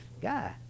guy